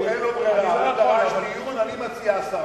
הוא, אין לו ברירה, אני דרשתי, אני מציע הסרה.